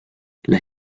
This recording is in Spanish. las